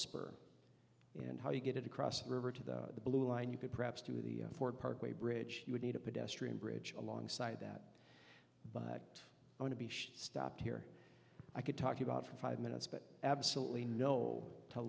spur in how you get it across the river to the blue line you could perhaps through the ford parkway bridge you would need a pedestrian bridge alongside that but going to be stopped here i could talk about for five minutes but absolutely no to